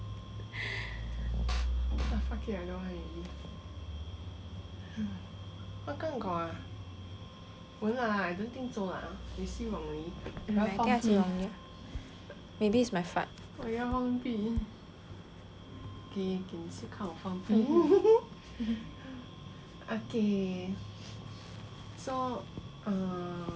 maybe is my fart